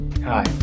Hi